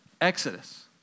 exodus